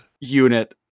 Unit